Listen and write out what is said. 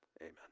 Amen